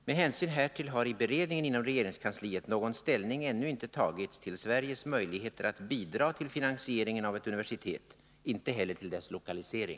Med hänsyn härtill har i beredningen inom regeringskansliet någon ställning ännu inte tagits till Sveriges möjligheter att bidra till finansieringen av ett universitet och inte heller till dess lokalisering.